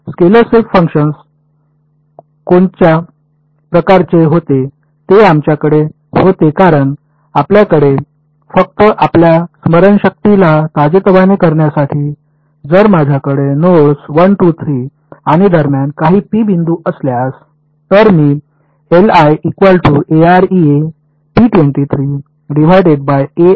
तर scalar shape function कोणत्या प्रकारचे होते जे आमच्याकडे होते कारण आपल्याकडे फक्त आपल्या स्मरणशक्तीला ताजेतवाने करण्यासाठी जर माझ्याकडे नोडस् 1 2 3 आणि दरम्यान काही पी बिंदू असल्यास